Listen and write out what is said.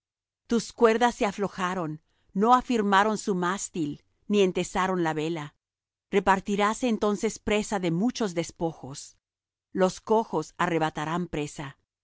tus cuerdas se aflojaron no afirmaron su mástil ni entesaron la vela repartiráse entonces presa de muchos despojos los cojos arrebatarán presa